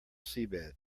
seabed